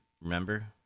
remember